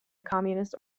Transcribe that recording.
communist